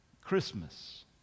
Christmas